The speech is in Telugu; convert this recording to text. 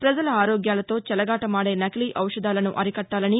ప్రజల ఆరోగ్యాలతో చెలగాటమాదే సకిలీ ఔషధాలను అరికట్టాలని